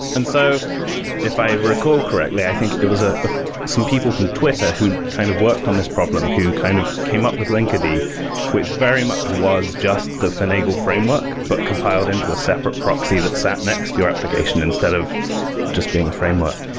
and so if i recall correctly, i think it was ah ah some people from twitter who'd kind of worked on this problem who kind of came up with linkerd, which very much was just the finable framework, but compiled into a separate proxy that sat next to your application instead of just being a framework.